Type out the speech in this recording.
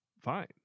fine